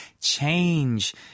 change